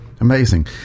Amazing